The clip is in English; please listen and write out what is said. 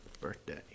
birthday